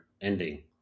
ending